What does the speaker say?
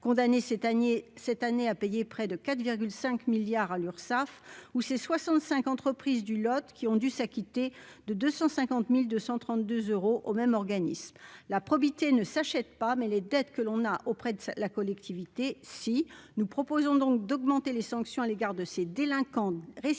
année cette année à payer près de 4 à 5 milliards à l'Urssaf ou c'est 65 entreprises du Lot, qui ont dû s'acquitter de 250232 euros au même organisme la probité ne s'achète pas, mais les dettes que l'on a auprès de la collectivité si nous proposons donc d'augmenter les sanctions à l'égard de ces délinquants récidivistes